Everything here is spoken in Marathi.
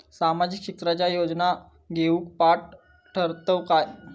सामाजिक क्षेत्राच्या योजना घेवुक पात्र ठरतव काय?